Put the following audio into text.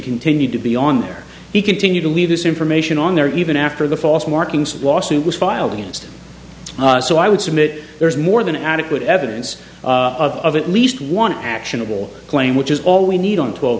continued to be on there he continued to leave this information on there even after the false markings lawsuit was filed against him so i would submit there's more than adequate evidence of at least one actionable claim which is all we need on twelve